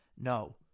no